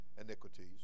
iniquities